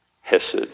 Hesed